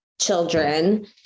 children